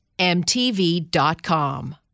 mtv.com